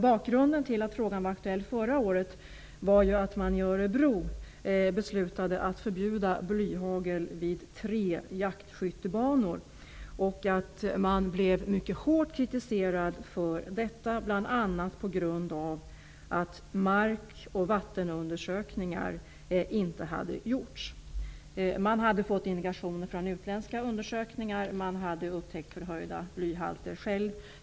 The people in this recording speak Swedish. Bakgrunden till att frågan var aktuell förra året var att man i Örebo beslutade att förbjuda blyhagel vid tre jaktskyttebanor. Man blev mycket hårt kritiserad för detta, bl.a. på grund av att mark och vattenundersökningar inte hade gjorts. Man hade fått indikationer från utländska undersökningar, och man hade upptäckt förhöjda blyhalter själv.